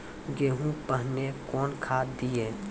गेहूँ पहने कौन खाद दिए?